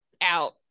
out